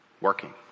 working